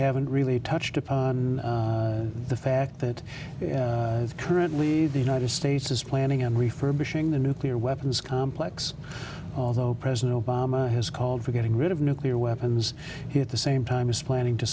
haven't really touched upon the fact that currently the united states is planning on refurbishing the nuclear weapons complex although president obama has called for getting rid of nuclear weapons at the same time is planning to